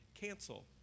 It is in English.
cancel